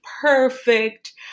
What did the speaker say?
perfect